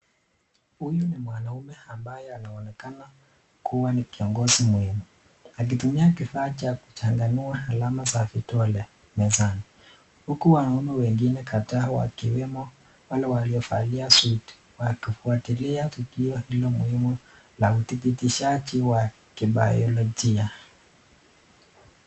Huyu ni mwanaume ambaye anaonekana kuwa ni kiongozi mwema alitumia kifaa cha kuchanganua alama za vidole mezani. Huku wanaume wengine kadhaa wakiwemo wale waliovalia suti wakifuatilia tukio hilo muhimu la udhibitishaji wa kibiolojia.